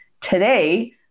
today